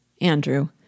Andrew